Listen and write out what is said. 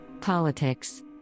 Politics